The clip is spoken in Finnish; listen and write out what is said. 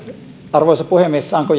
arvoisa puhemies saanko